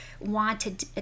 wanted